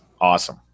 Awesome